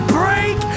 break